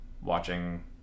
watching